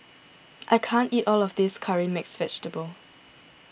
I can't eat all of this Curry Mixed Vegetable